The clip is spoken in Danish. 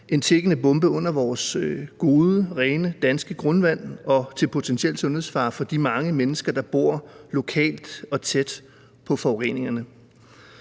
en tikkende bombe under vores gode, rene danske grundvand og til potentiel sundhedsfare for de mange mennesker, der bor lokalt og tæt på forureningerne.